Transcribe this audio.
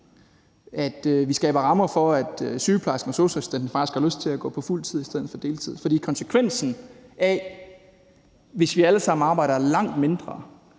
at vi skaber rammer for, at sygeplejersken og sosu-assistenten faktisk har lyst til at gå på fuld tid i stedet for deltid. For konsekvensen af det, hvis vi alle sammen arbejder langt mindre,